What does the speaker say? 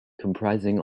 comprising